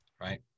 right